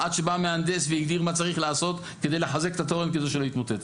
עד שבא מהנדס והגדיר מה צריך לעשות כדי לחזק את התורן כדי שלא יתמוטט.